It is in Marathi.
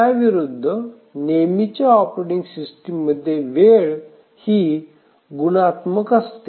याविरुद्ध नेहमीच्या ऑपरेटिंग सिस्टीम मध्ये वेळ ही गुणात्मक असते